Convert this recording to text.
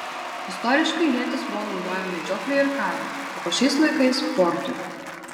istoriškai ietis buvo naudojama medžioklei ir karui o šiais laikais sportui